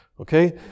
Okay